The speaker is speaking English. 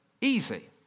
easy